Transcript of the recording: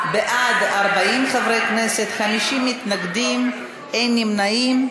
בעד, 40 חברי כנסת, 50 מתנגדים, אין נמנעים.